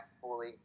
fully